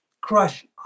crush